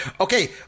Okay